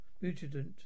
Mutant